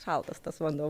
šaltas tas vanduo